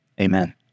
Amen